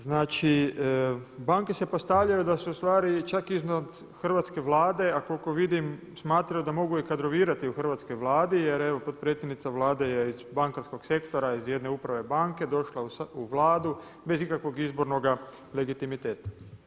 Znači, banke se postavljaju da su u stvari čak iznad hrvatske Vlade, a koliko vidim smatraju da mogu i kadrovirati u hrvatskoj Vladi jer evo potpredsjednica Vlade je iz bankarskog sektora, iz jedne uprave banke došla u Vladu bez ikakvog izbornoga legitimiteta.